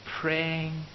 praying